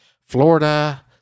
Florida